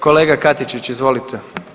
Kolega Katičić, izvolite.